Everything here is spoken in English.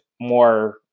more